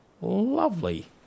lovely